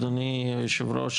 אדוני יושב הראש,